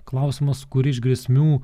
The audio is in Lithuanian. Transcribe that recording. klausimas kuri iš grėsmių